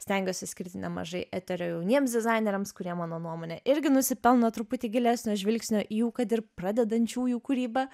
stengiuosi skirti nemažai eterio jauniems dizaineriams kurie mano nuomone irgi nusipelno truputį gilesnio žvilgsnio į jų kad ir pradedančiųjų kūrybą